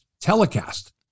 telecast